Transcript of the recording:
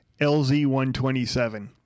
LZ-127